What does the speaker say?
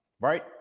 right